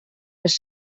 les